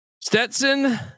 Stetson